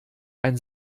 ein